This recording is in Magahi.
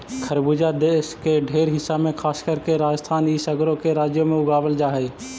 खरबूजा देश के ढेर हिस्सा में खासकर के राजस्थान इ सगरो के राज्यों में उगाबल जा हई